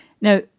Now